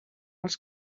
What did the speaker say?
els